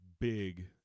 big